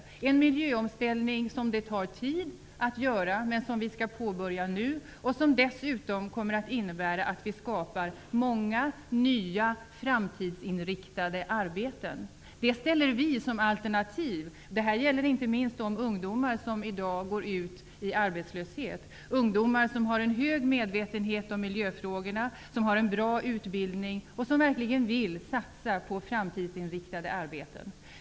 Det tar tid att göra denna miljöomställning, men den skall påbörjas nu och kommer dessutom att innebära att många nya framtidsinriktade arbeten skapas. Vi ser detta som alternativ. Detta gäller inte minst de ungdomar som i dag går ut i arbetslöshet. Det är ungdomar som har en hög medvetenhet om miljöfrågorna, har en bra utbildning och verkligen vill satsa på framtidsinriktade arbeten.